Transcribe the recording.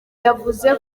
yavuze